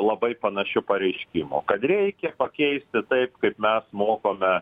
labai panašių pareiškimu kad reikia pakeisti taip kaip mes mokome